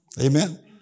Amen